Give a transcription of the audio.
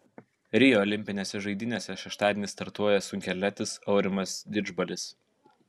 rio olimpinėse žaidynėse šeštadienį startuoja sunkiaatletis aurimas didžbalis